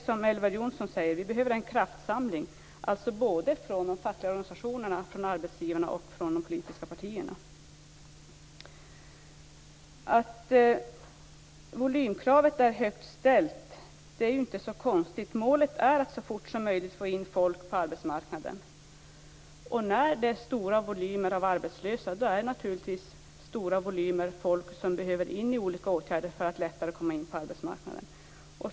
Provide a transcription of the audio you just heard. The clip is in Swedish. Som Elver Jonsson säger behöver vi en kraftsamling, och det gäller då såväl de fackliga organisationerna och arbetsgivarna som de politiska partierna. Att volymkravet är högt ställt är inte så konstigt. Målet är att så fort som möjligt få in folk på arbetsmarknaden. När det rör sig om stora volymer av arbetslösa är det naturligtvis stora volymer folk som behöver få del av olika åtgärder för att lättare komma in på arbetsmarknaden.